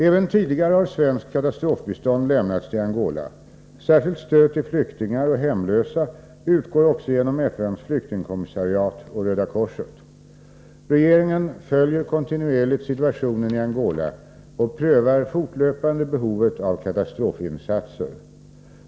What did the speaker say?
Även tidigare har svenskt katastrofbistånd lämnats till Angola. Särskilt stöd till flyktingar och hemlösa utgår också genom FN:s flyktingkommissariat och Röda korset. Regeringen följer kontinuerligt situationen i Angola och prövar fortlöpande behovet av katastrofinsatser.